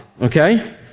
Okay